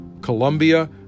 Colombia